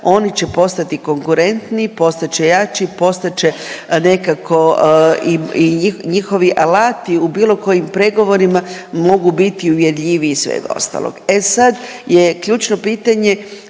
oni će postati konkurentni, postat će jači, postat će nekako i njihovi alati u bilo kojim pregovorima mogu biti uvjerljiviji i svega ostalog. E sad je ključno pitanje